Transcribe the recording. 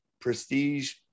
prestige